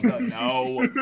no